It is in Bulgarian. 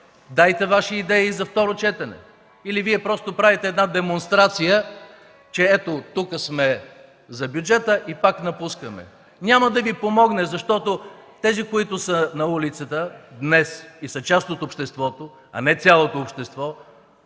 Дайте Ваши идеи за второ четене. Или Вие правите просто демонстрация – „Тук сме за бюджета и пак напускаме”? Няма да Ви помогне, защото тези, които днес са на улицата и са част от обществото, а не цялото общество,